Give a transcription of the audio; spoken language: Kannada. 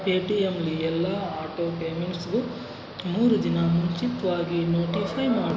ಪೇಟಿಎಮ್ಲಿ ಎಲ್ಲ ಆಟೋಪೇಮೆಂಟ್ಸ್ಗೂ ಮೂರು ದಿನ ಮುಂಚಿತವಾಗಿ ನೋಟಿಫೈ ಮಾಡು